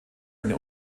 eine